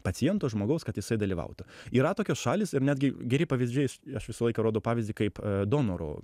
paciento žmogaus kad jisai dalyvautų yra tokios šalys ir netgi geri pavyzdžiai aš visą laiką rodau pavyzdį kaip donoro